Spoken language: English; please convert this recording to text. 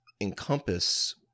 encompass